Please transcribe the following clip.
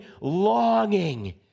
longing